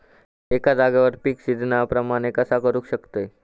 एका जाग्यार पीक सिजना प्रमाणे कसा करुक शकतय?